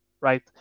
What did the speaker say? right